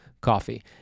coffee